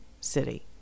city